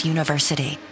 University